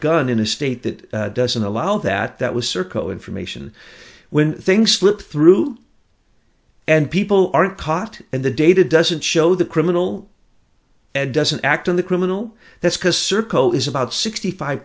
gun in a state that doesn't allow that that was circle information when things slip through and people aren't caught and the data doesn't show the criminal doesn't act on the criminal that's because serco is about sixty five